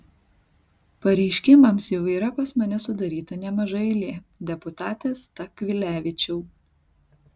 pareiškimams jau yra pas mane sudaryta nemaža eilė deputate stakvilevičiau